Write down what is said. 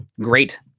great